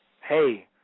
Hey